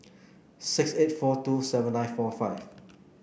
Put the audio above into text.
six eight four two seven nine four five